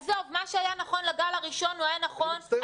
עזוב, מה שהיה נכון לגל הראשון, הוא היה נכון.